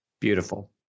Beautiful